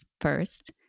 first